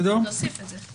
להוסיף את זה.